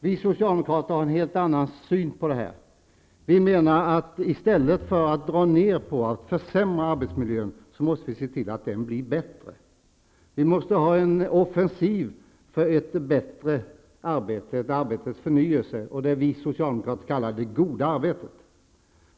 Vi socialdemokrater har en helt annan syn här. Vi menar att i stället för att dra ned på allting och försämra arbetsmiljön måste vi se till att arbetsmiljön blir bättre. Vi måste ha en offensiv för ett bättre arbete, ett arbetets förnyelse, det vi socialdemokrater kallar för det goda arbetet.